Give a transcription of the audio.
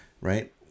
right